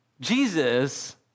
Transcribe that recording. Jesus